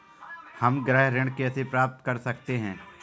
हम गृह ऋण कैसे प्राप्त कर सकते हैं?